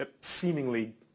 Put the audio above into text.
seemingly